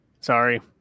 sorry